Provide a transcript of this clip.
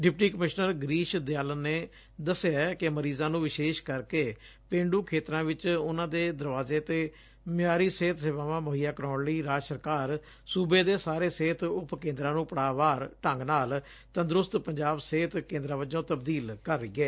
deputy commissioner Girish Dayalan ਨੇ ਦੱਸਿਆ ਕਿ ਮਰੀਜ਼ਾਂ ਨੰ ਵਿਸ਼ੇਸ਼ ਕਰ ਕੇ ਪੇਂਡੁ ਖੇਤਰਾਂ ਵਿੱਚ ਉਨਾਂ ਦੇ ਦਰਵਾਜ਼ੇ ਤੇ ਮਿਆਰੀ ਸਿਹਤ ਸੇਵਾਵਾਂ ਮੁਹੱਈਆ ਕਰਵਾਉਣ ਲਈ ਰਾਜ ਸਰਕਾਰ ਸੁਬੇ ਦੇ ਸਾਰੇ ਸਿਹੁਤ ਉਪ ਕੇਂਦਰਾਂ ਨੂੰ ਪੜਾਅ ਵਾਰ ਢੰਗ ਨਾਲ ਤੰਦਰੁਸਤ ਪੰਜਾਬ ਸਿਹਤ ਕੇਂਦਰਾਂ ਵਜੋ ਤਬਦੀਲ ਕਰ ਰਹੀ ਏ